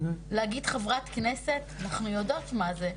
להגיד חברת כנסת, אנחנו יודעות מה זה,